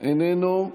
איננו,